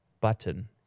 Button